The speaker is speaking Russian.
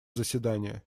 заседание